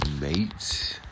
mate